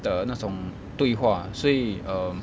的那种对话所以 um